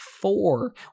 four